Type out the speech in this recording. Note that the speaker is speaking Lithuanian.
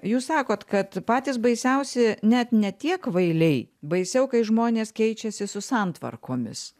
jūs sakot kad patys baisiausi net ne tie kvailiai baisiau kai žmonės keičiasi su santvarkomis